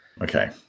Okay